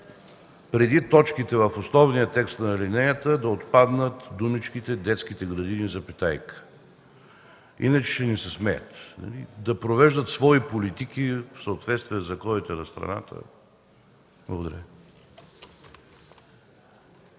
преди точките в основния текст на алинеята да отпаднат думите „детските градини,”, иначе ще ни се смеят. „Да провеждат свои политики в съответствие със законите на страната...”. Благодаря